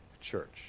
church